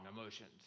emotions